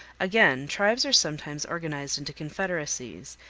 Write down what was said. again, tribes are sometimes organized into confederacies,